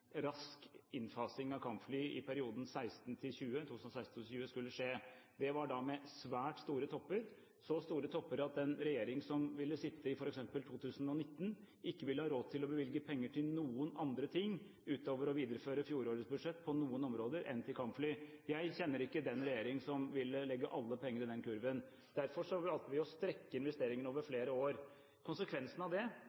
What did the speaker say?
rask innfasing av kampfly i perioden 2016–2020 skulle skje. Det var med svært store topper, så store topper at den regjering som vil sitte i f.eks. 2019, ikke vil ha råd til å bevilge penger til noen andre ting utover å videreføre fjorårets budsjett på noen områder enn til kampfly. Jeg kjenner ikke den regjering som vil legge alle pengene i den kurven. Derfor valgte vi å strekke investeringene over